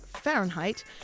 Fahrenheit